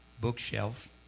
bookshelf